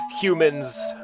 humans